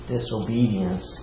Disobedience